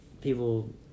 people